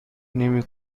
نمی